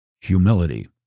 humility